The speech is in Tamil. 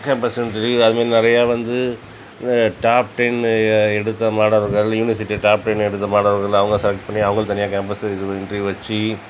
கேம்பஸ் இன்ட்ரிவி அது மாரி நிறையா வந்து இந்த டாப் டென் எடுத்த மாணவர்கள் யூனிவர்சிட்டி டாப் டென் எடுத்த மாணவர்கள் அவங்க செலக்ட் பண்ணி அவங்களுக்கு தனியா கேம்பஸ் இது இன்ட்ரியூவ் வச்சு